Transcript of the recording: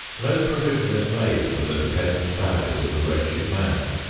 no provision is made for the dependent families of the wretched man.